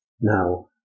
Now